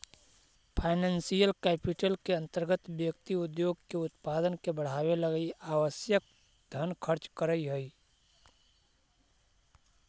financial capital के अंतर्गत व्यक्ति उद्योग के उत्पादन के बढ़ावे लगी आवश्यक धन खर्च करऽ हई